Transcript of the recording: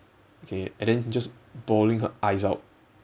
okay and then just bawling her eyes out